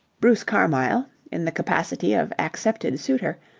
bruce carmyle, in the capacity of accepted suitor,